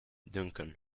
duncan